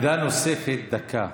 עמדה נוספת, דקה.